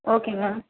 ஓகேங்க மேம்